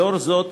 לאור זאת,